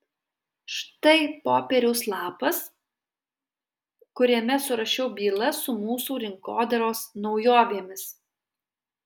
štai popieriaus lapas kuriame surašiau bylas su mūsų rinkodaros naujovėmis